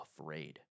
afraid